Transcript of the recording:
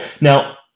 now